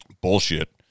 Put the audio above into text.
bullshit